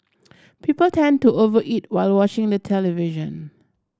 people tend to over eat while watching the television